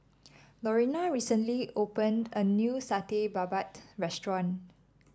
Lorena recently opened a new Satay Babat restaurant